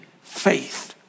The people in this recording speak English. faith